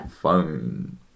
phone